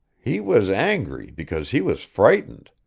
he was angry because he was frightened.